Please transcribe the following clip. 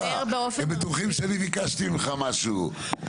הם בטוחים שאני ביקשתי ממך משהו.